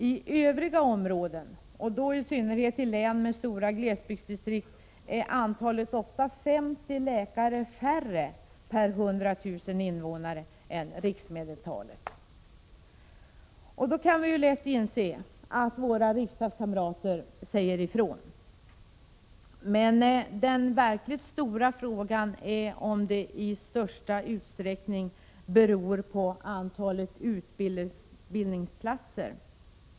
I övriga områden — i synnerhet i län med stora glesbygdsdistrikt — är antalet ofta 50 läkare färre per 100 000 invånare än riksmedeltalet. Då kan vi lätt inse att våra riksdagskamrater säger ifrån. Men den verkligt stora frågan är om det hela i största utsträckning beror på antalet utbildningsplatser.